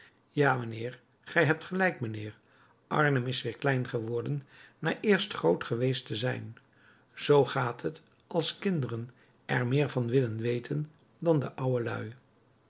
ja mijnheer gij hebt gelijk mijnheer arnhem is weer klein geworden na eerst groot geweest te zijn zoo gaat het als kinderen er meer van willen weten dan de oude lui